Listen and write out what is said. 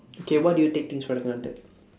okay what do you take things for granted